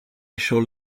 shall